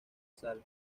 sal